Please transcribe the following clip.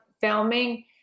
filming